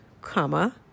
comma